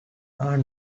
are